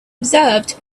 observed